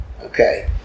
Okay